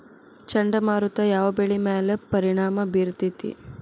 ಚಂಡಮಾರುತ ಯಾವ್ ಬೆಳಿ ಮ್ಯಾಲ್ ಪರಿಣಾಮ ಬಿರತೇತಿ?